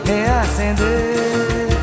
Reacender